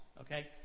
okay